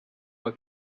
how